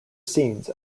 scenes